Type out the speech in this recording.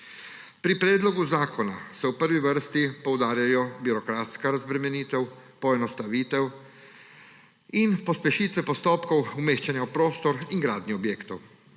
Pri predlogu zakona se v prvi vrsti poudarjajo birokratska razbremenitev, poenostavitev in pospešitve postopkov umeščanja v prostor in gradnje objektov.